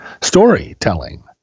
storytelling